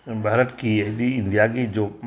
ꯚꯥꯔꯠꯀꯤ ꯍꯥꯏꯗꯤ ꯏꯟꯗꯤꯌꯥꯒꯤ ꯖꯣꯕ